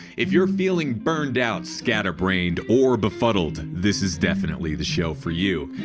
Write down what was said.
if you're feeling burned out, scatter brained or befuddled this is definitely the show for you.